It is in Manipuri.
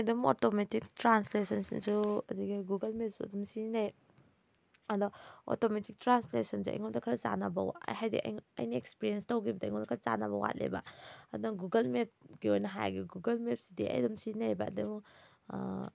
ꯑꯗꯨꯝ ꯑꯣꯇꯣꯃꯦꯇꯤꯛ ꯇ꯭ꯔꯥꯟꯂꯦꯁꯟꯁꯤꯁꯨ ꯑꯗꯨꯗꯒꯤ ꯒꯨꯒꯜ ꯃꯦꯞꯁꯨ ꯑꯗꯨꯝ ꯁꯤꯖꯤꯟꯅꯩ ꯑꯗꯣ ꯑꯣꯇꯣꯃꯦꯇꯤꯛ ꯇ꯭ꯔꯥꯟꯂꯦꯁꯟꯁꯦ ꯑꯩꯉꯣꯟꯗ ꯆꯥꯟꯅꯕ ꯈꯔ ꯋꯥꯠꯂꯦ ꯍꯥꯏꯗꯤ ꯑꯩꯅ ꯑꯦꯛꯁꯄꯤꯔꯦꯟꯁ ꯇꯧꯈꯤꯕꯗ ꯑꯩꯉꯣꯟꯗ ꯈꯔ ꯆꯥꯟꯅꯕ ꯋꯥꯠꯂꯦꯕ ꯑꯗꯨꯅ ꯒꯨꯒꯜ ꯃꯦꯞꯀꯤ ꯑꯣꯏꯅ ꯍꯥꯏꯒꯦ ꯒꯨꯒꯜ ꯃꯦꯞꯁꯤꯗꯤ ꯑꯩ ꯑꯗꯨꯝ ꯁꯤꯖꯤꯟꯅꯩꯑꯕ ꯑꯗꯣ